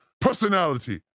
personality